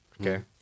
Okay